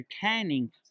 canning